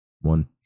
one